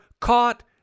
caught